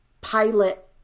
pilot